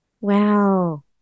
Wow